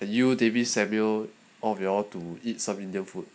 and you david samuel of you all to eat some indian food